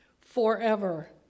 forever